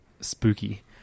spooky